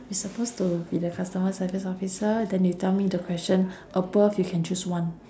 you supposed to be the customer service officer then you tell me the question above you can choose one